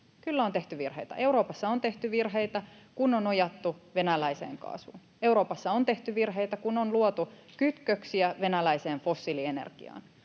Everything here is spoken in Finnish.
Kyllä on tehty virheitä. Euroopassa on tehty virheitä, kun on nojattu venäläiseen kaasuun. Euroopassa on tehty virheitä, kun on luotu kytköksiä venäläiseen fossiilienergiaan.